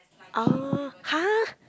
orh !huh!